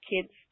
kids